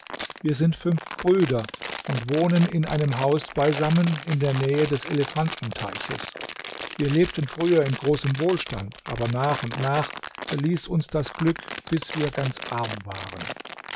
wir sind fünf brüder und wohnen in einem haus beisammen in der nähe des elefantenteiches wir lebten früher in großem wohlstand aber nach und nach verließ uns das glück bis wir ganz arm waren